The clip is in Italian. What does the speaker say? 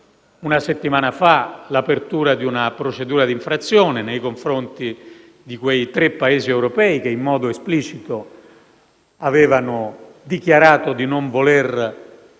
una settimana fa, l'apertura di una procedura di infrazione nei confronti di quei tre Paesi europei, che, in modo esplicito, avevano dichiarato di non voler